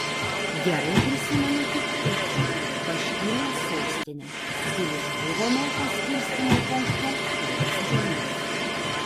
gerai prisimenu tik ufą baškirijos sostinę kur išbuvome paskirstymo punkte kelias dienas